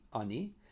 Ani